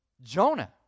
Jonah